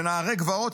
ונערי גבעות,